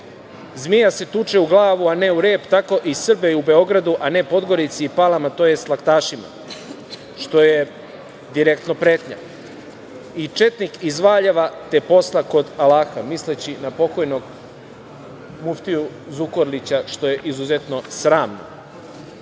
„Zmija se tuče u glavu, a ne u rep, tako i Srbe u Beogradu, a ne Podgorici i Palama, tj. laktašima“, što je direktno pretnja, i „Četnik iz Valjeva te posla kod alaha“, misleći na pokojnog muftiju Zukorlića, što je izuzetno sramno.